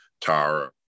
Tara